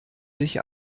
sich